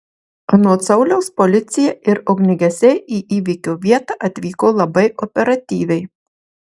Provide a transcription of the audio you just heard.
anot sauliaus policija ir ugniagesiai į įvykio vietą atvyko labai operatyviai